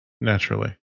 Naturally